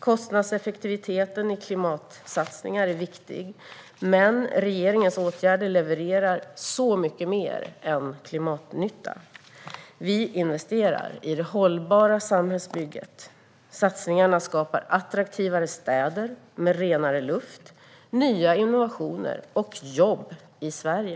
Kostnadseffektiviteten i klimatsatsningar är viktig, men regeringens åtgärder levererar så mycket mer än klimatnytta. Vi investerar i det hållbara samhällsbygget. Satsningarna skapar attraktivare städer med renare luft, nya innovationer och jobb i Sverige.